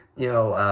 you know,